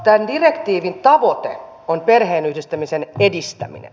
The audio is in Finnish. tämän direktiivin tavoite on perheenyhdistämisen edistäminen